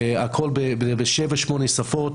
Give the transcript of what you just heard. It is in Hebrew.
הכול בשבע-שמונה שפות,